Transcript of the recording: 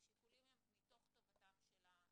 והגורם שאחראי לעשות את זה הוא המשטרה.